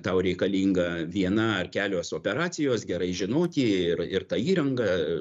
tau reikalinga viena ar kelios operacijos gerai žinoti ir ir tą įrangą